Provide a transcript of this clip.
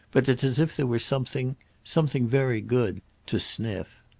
but it's as if there were something something very good to sniff.